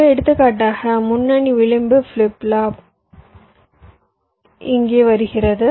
எனவே எடுத்துக்காட்டாக முன்னணி விளிம்பு ஃபிளிப் ஃப்ளாப்ற்கு விளிம்பு இங்கே வருகிறது